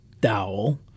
dowel